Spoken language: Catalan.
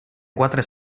quatre